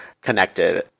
connected